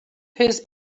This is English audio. his